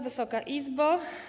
Wysoka Izbo!